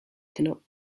cannot